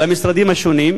למשרדים השונים,